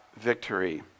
victory